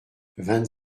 vingt